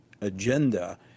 agenda